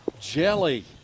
jelly